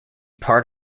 part